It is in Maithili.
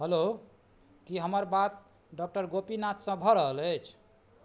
हेलो कि हमर बात डॉकटर गोपीनाथसँ भऽ रहल अछि